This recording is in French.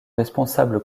responsable